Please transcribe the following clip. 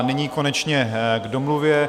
Nyní konečně k domluvě.